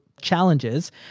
challenges